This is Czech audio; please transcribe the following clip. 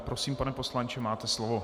Prosím, pane poslanče, máte slovo.